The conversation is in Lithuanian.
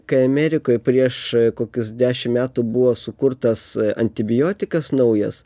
kai amerikoj prieš kokius dešim metų buvo sukurtas antibiotikas naujas